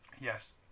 Yes